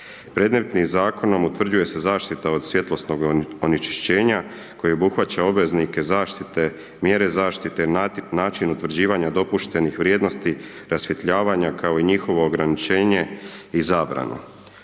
Predmetnim zakonom utvrđuje se zaštita od svjetlosnoga onečišćenja koje obuhvaća obveznike mjere zaštite, način utvrđivanja dopuštenih vrijednosti, rasvjetljavanja kao i njihovo ograničenje i zabranu.